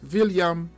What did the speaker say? William